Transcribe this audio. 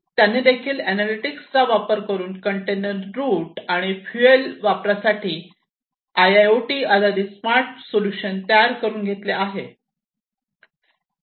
त्यांनी देखील एनालिटिक्सचा वापर करून कंटेनर रूट आणि फ्लूएल वापरासाठी साठी आयओटी आधारित स्मार्ट सोल्युशन तयार करून घेतले आहे